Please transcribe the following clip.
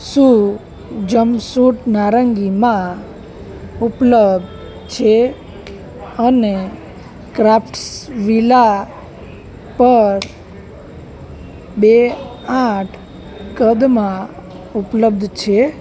શું jumpsuit નારંગી માં ઉપલબ્ધ છે અને ક્રાફ્ટ્સ વિલા પર બે આઠ કદમાં ઉપલબ્ધ છે